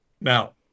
Now